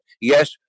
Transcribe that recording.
Yes